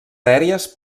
aèries